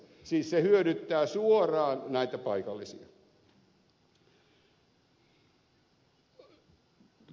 siis se hyödyttää suoraan näitä paikallisia